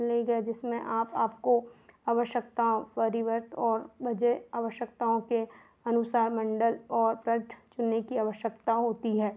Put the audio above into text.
लेगा जिसमें आप आपको आवश्यकताओं परिवर्त और वजह आवश्यकताओं के अनुसार मंडल और प्रध चुनने की आवश्यकता होती है